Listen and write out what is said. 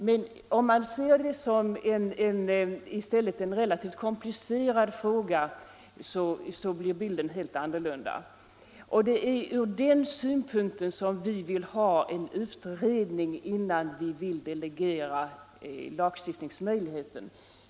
Men om man i stället ser det som en relativt komplicerad fråga blir bilden helt annorlunda. Det är från den synpunkten som vi vill ha en utredning innan vi vill delegera lagstiftningsmöjligheten.